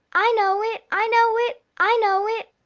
i know it, i know it, i know it!